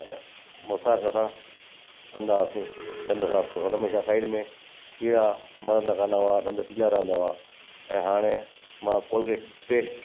मुसाग सां कंदा हुआसीं ॾंद सां हुन में छा साइड में कीड़ा मरंदा कोन हुआ ॾंद पीला रहंदा हुआ ऐं हाणे मां कोलगेट पेस्ट